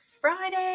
Friday